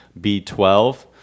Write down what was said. b12